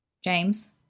James